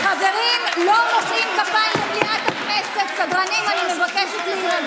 בושה לך.